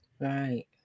Right